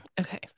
Okay